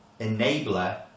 enabler